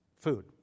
food